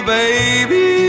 baby